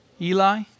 Eli